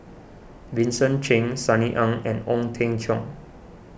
Vincent Cheng Sunny Ang and Ong Teng Cheong